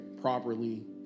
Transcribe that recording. properly